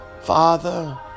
Father